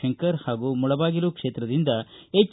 ಶಂಕರ್ ಹಾಗೂ ಮುಳಬಾಗಿಲು ಕ್ಷೇತ್ರದಿಂದ ಎಚ್